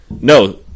no